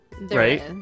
right